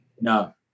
No